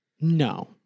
No